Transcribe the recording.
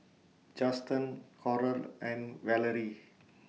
Juston Coral and Valorie